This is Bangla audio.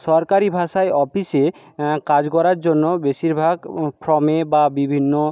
সরকারি ভাষায় অফিসে কাজ করার জন্য বেশিরভাগ ক্রমে বা বিভিন্ন